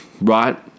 right